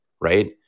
right